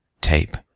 tape